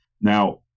Now